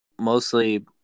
mostly